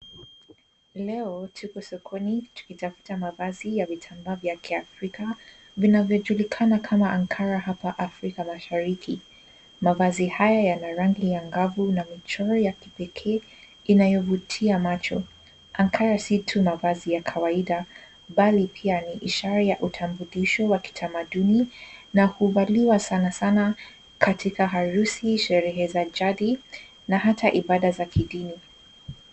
Leo tuko sokoni tukitafuta mavazi vitamba vya kiafrika vinavyojulikana kama ankara hapa Afrika Mashariki. Mavazi haya yana rangi angavu na michoro ya kipekee inayovutia macho. Ankara si tu mavazi ya kawaida bali pia ni ishara ya utambulisho wa kitamaduni na huvaliwa sanasana katika harusi, sherehe za jadi na hata ibada za kidini.